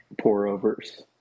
pour-overs